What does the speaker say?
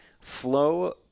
Flow